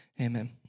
Amen